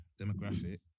demographic